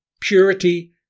purity